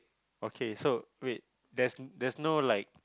okay so wait there's there's no like